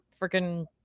Freaking